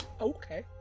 Okay